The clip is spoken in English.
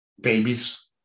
babies